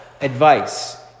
advice